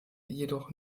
jedoch